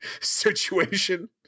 situation